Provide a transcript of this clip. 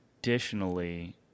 Additionally